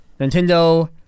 Nintendo